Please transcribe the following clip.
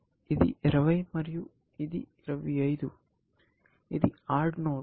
ఇది 20 మరియు ఇది 25 ఇది ఆడ్ నోడ్